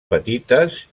petites